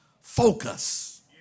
focus